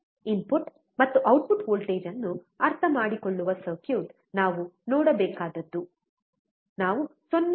input ಮತ್ತು output voltage ಅನ್ನು ಅರ್ಥಮಾಡಿಕೊಳ್ಳುವ ಸರ್ಕ್ಯೂಟ್ ನಾವು ನೋಡಬೇಕಾದದ್ದು ನಾವು 0